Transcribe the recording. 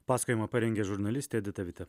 pasakojimą parengė žurnalistė edita vitė